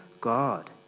God